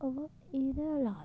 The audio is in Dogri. अवां एह्दा इलावा